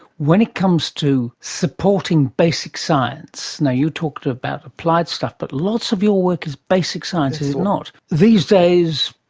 when it comes to supporting basic science, and you talked about applied stuff, but lots of your work is basic science, is it not? these days,